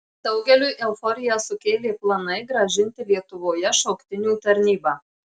daugeliui euforiją sukėlė planai grąžinti lietuvoje šauktinių tarnybą